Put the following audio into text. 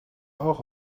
auch